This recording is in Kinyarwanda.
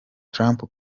trump